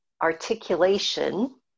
articulation